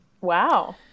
Wow